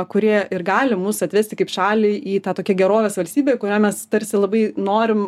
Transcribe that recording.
kurie ir gali mus atvesti kaip šalį į tą tokią gerovės valstybę kurią mes tarsi labai norim